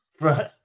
right